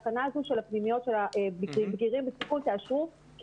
שאת התקנה הזו של הפנימיות של הבגירים בסיכון תאשרו כי